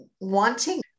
wanting